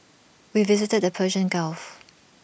we visited the Persian gulf